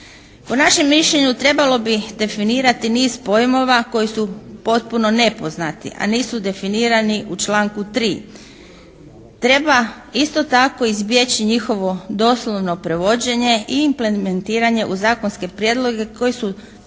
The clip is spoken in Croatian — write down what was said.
Po našem mišljenju trebalo bi definirati niz pojmova koji su potpuno nepoznati a nisu definirani u članku 3. Treba isto tako izbjeći njihovo doslovno prevođenje i implementiranje u zakonske prijedloge koji su teški